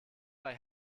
bei